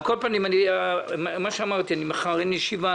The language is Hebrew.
על כל פנים, כפי שאמרתי, מחר אין ישיבה.